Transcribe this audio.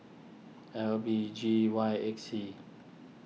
L B G Y eight C